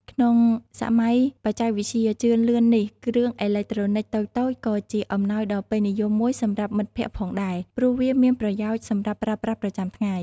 ក្នុងសម័យបច្ចេកវិទ្យាជឿនលឿននេះ គ្រឿងអេឡិចត្រូនិចតូចៗក៏ជាអំណោយដ៏ពេញនិយមមួយសម្រាប់មិត្តភក្តិផងដែរ ព្រោះវាមានប្រយោជន៍សម្រាប់ប្រើប្រាស់ប្រចាំថ្ងៃ។